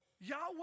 Yahweh